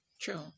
True